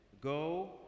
Go